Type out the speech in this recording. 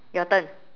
your turn